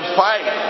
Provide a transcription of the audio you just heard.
fight